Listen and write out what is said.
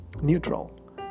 neutral